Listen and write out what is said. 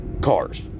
cars